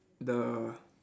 the